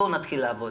בואו נתחיל לעבוד.